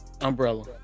umbrella